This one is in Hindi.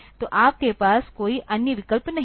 तो आपके पास कोई अन्य विकल्प नहीं है